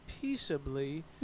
peaceably